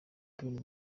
bintu